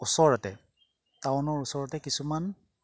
ওচৰতে টাউনৰ ওচৰতে কিছুমান